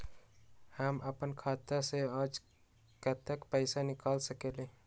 हम अपन खाता से आज कतेक पैसा निकाल सकेली?